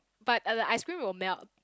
but uh the ice-cream will melt